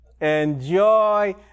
Enjoy